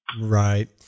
Right